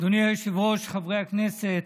אדוני היושב-ראש, חברי הכנסת,